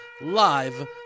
live